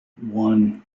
one